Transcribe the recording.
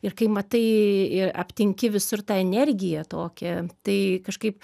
ir kai matai aptinki visur ta energiją tokią tai kažkaip